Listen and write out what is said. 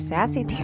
Sassy